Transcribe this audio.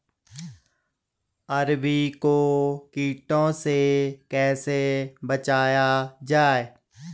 अरबी को कीटों से कैसे बचाया जाए?